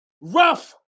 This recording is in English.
rough